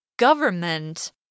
Government